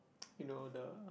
you know the